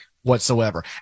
whatsoever